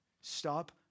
Stop